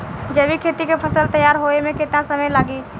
जैविक खेती के फसल तैयार होए मे केतना समय लागी?